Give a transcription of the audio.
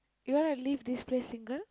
you wanna leave this place single